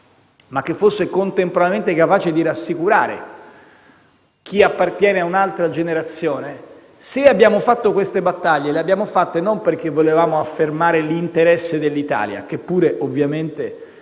e fosse contemporaneamente capace di rassicurare chi appartiene ad un'altra generazione, se abbiamo fatto queste battaglie, le abbiamo fatte non perché volevamo affermare l'interesse dell'Italia - che pure ovviamente